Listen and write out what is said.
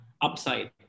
upside